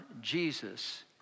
Jesus